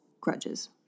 grudges